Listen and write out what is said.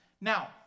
Now